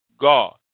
God